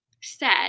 set